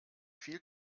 viel